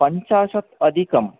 पञ्चाशत् अधिकम्